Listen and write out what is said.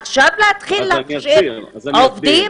עכשיו להתחיל להכשיר עובדים?